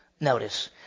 Notice